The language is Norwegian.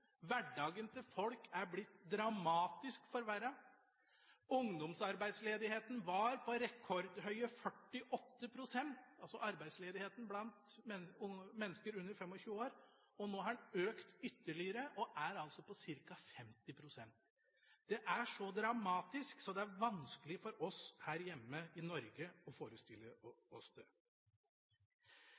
hverdagen til folk er blitt dramatisk forverret, ungdomsarbeidsledigheten var på rekordhøye 48 pst. – altså arbeidsledigheten blant mennesker under 25 år – og nå har den økt ytterligere og er på ca. 50 pst. Det er så dramatisk, det er vanskelig for oss her hjemme i Norge å forestille oss det.